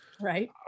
right